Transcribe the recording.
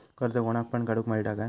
कर्ज कोणाक पण काडूक मेलता काय?